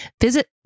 visit